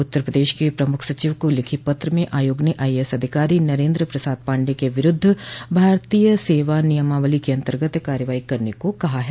उत्तर प्रदेश के प्रमुख सचिव को लिखे पत्र में आयाग ने आईएएस अधिकारी नरेन्द्र प्रसाद पांडे के विरुद्ध भारतीय सेवा नियमावली के अन्तर्गत कार्रवाई करने को कहा है